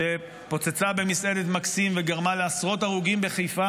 שפוצצה את עצמה במסעדת מקסים בחיפה וגרמה לעשרות הרוגים,